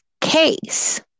case